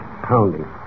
pounding